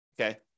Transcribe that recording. Okay